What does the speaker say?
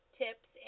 tips